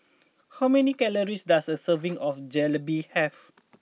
how many calories does a serving of Jalebi have